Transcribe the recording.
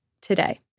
today